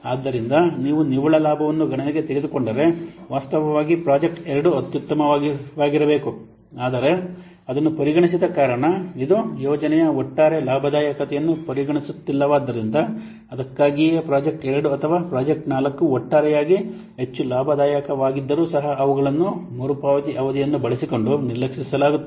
ಆದ್ದರಿಂದ ನೀವು ನಿವ್ವಳ ಲಾಭವನ್ನು ಗಣನೆಗೆ ತೆಗೆದುಕೊಂಡರೆ ವಾಸ್ತವವಾಗಿ ಪ್ರಾಜೆಕ್ಟ್ 2 ಅತ್ಯುತ್ತಮವಾದದ್ದಾಗಿರಬೇಕು ಆದರೆ ಅದನ್ನು ಪರಿಗಣಿಸದ ಕಾರಣ ಇದು ಯೋಜನೆಯ ಒಟ್ಟಾರೆ ಲಾಭದಾಯಕತೆಯನ್ನು ಪರಿಗಣಿಸುತ್ತಿಲ್ಲವಾದ್ದರಿಂದ ಅದಕ್ಕಾಗಿಯೇ ಪ್ರಾಜೆಕ್ಟ್ 2 ಅಥವಾ ಪ್ರಾಜೆಕ್ಟ್ 4 ಒಟ್ಟಾರೆಯಾಗಿ ಹೆಚ್ಚು ಲಾಭದಾಯಕವಾಗಿದ್ದರೂ ಸಹ ಅವುಗಳನ್ನು ಮರುಪಾವತಿ ಅವಧಿಯನ್ನು ಬಳಸಿಕೊಂಡು ನಿರ್ಲಕ್ಷಿಸಲಾಗುತ್ತದೆ